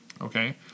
Okay